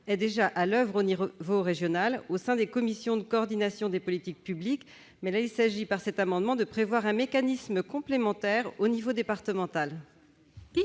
est déjà à l'oeuvre au niveau régional, au sein des commissions de coordination des politiques publiques. Il s'agit, par cet amendement, de prévoir un mécanisme complémentaire au niveau départemental.